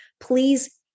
please